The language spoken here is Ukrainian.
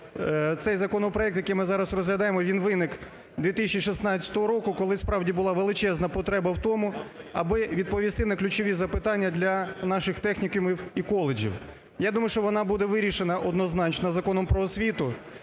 цей законопроект, який ми зараз розглядаємо, він виник 2016 року, коли справді була величезна потреба в тому, аби відповісти на ключові запитання для наших технікумів і коледжів. Я думаю, що вона буде вирішена однозначно Законом про освіту.